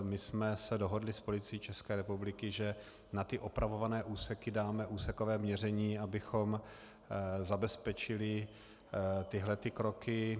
My jsme se dohodli s Policií České republiky, že na ty opravované úseky dáme úsekové měření, abychom zabezpečili tyhle kroky.